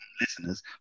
listeners